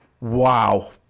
Wow